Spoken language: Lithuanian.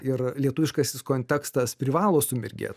ir lietuviškasis kontekstas privalo sumirgėt